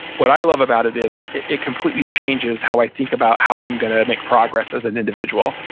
what i love about it is it it completely changes how i think about how i'm going to make progress as an individual.